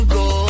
go